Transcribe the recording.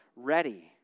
ready